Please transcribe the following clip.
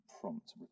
prompt